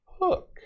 Hook